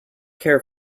care